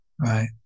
right